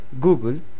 Google